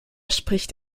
spricht